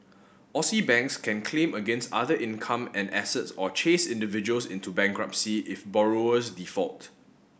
Aussie banks can claim against other income and assets or chase individuals into bankruptcy if borrowers default